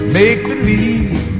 make-believe